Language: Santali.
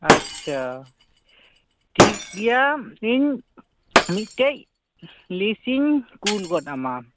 ᱟᱪᱪᱷᱟ ᱴᱷᱤᱠ ᱜᱮᱭᱟ ᱤᱧ ᱢᱤᱫᱴᱮᱡ ᱞᱤᱥ ᱤᱧ ᱠᱩᱞ ᱜᱚᱫ ᱟᱢᱟ